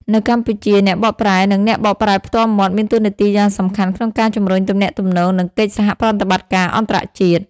នៅកម្ពុជា អ្នកបកប្រែ និងអ្នកបកប្រែផ្ទាល់មាត់មានតួនាទីយ៉ាងសំខាន់ក្នុងការជំរុញទំនាក់ទំនង និងកិច្ចសហប្រតិបត្តិការអន្តរជាតិ។